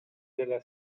della